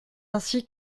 ainsi